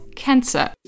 cancer